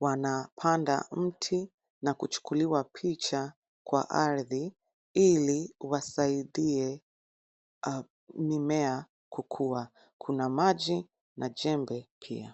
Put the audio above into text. wanapanda mti na kuchukuliwa picha kwa ardhi ili wasaidie mimea kukua. Kuna maji na jembe pia.